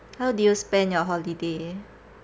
how do you spend your holiday